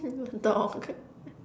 a dog